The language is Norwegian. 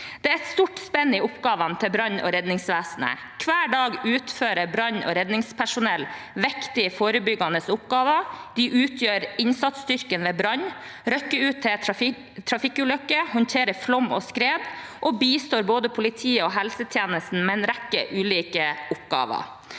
Det er et stort spenn i oppgavene til brann- og redningsvesenet. Hver dag utfører brann- og redningspersonell viktige, forebyggende oppgaver. De utgjør innsatsstyrken ved brann, rykker ut til trafikkulykker, håndterer flom og skred og bistår både politiet og helsetjenesten med en rekke ulike oppgaver.